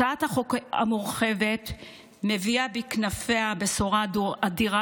הצעת החוק המורחבת מביאה בכנפיה בשורה אדירה